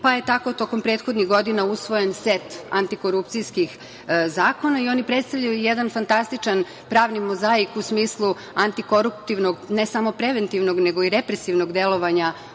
pa je tako tokom prethodnih godina usvojen set antikorupcijskih zakona i oni predstavljaju jedan fantastičan pravni mozaik u smislu antikoruptivnog ne samo preventivnog nego i represivnog delovanja